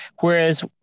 Whereas